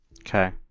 Okay